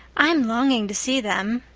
i'm longing to see them,